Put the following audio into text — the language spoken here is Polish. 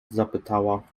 zapytała